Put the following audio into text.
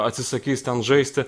atsisakys ten žaisti